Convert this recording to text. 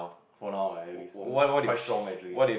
for now lah at least quite strong actually